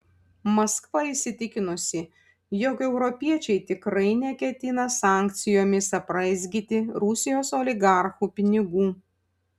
maskva įsitikinusi jog europiečiai tikrai neketina sankcijomis apraizgyti rusijos oligarchų pinigų